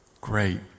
great